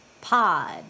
Pod